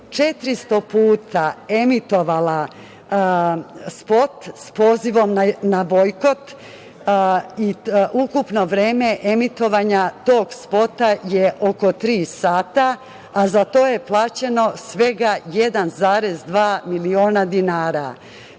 i Nova S emitovala spot s pozivom na bojkot 400 puta. Ukupno vreme emitovanja tog spota je oko tri sata, a za to je plaćeno svega 1,2 miliona dinara.